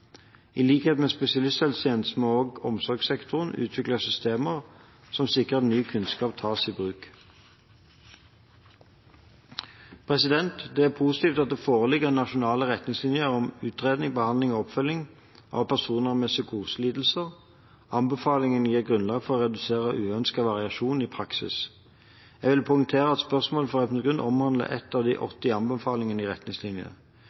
I likhet med spesialisthelsetjenesten må også omsorgssektoren utvikle systemer som sikrer at ny kunnskap tas i bruk. Det er positivt at det foreligger Nasjonal faglig retningslinje for utredning, behandling og oppfølging av personer med psykoselidelser. Anbefalingene gir grunnlag for å redusere uønsket variasjon i praksis. Jeg vil poengtere at spørsmålet fra representanten Grung omhandler én av de 80 anbefalingene i retningslinjen.